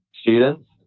students